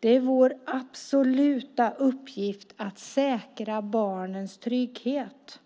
Det är vår absoluta uppgift att säkra barnens trygghet.